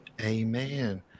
Amen